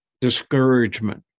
discouragement